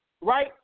right